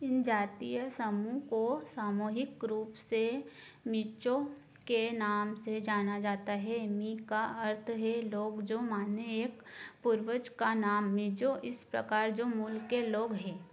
इन जातीय समूहों को सामूहिक रूप से मिज़ो के नाम से जाना जाता है मि का अर्थ है लोग ज़ो माने एक पूर्वज का नाम मिज़ो इस प्रकार ज़ो मूल के लोग हैं